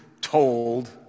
told